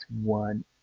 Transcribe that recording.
one